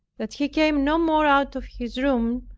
that he came no more out of his room,